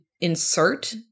insert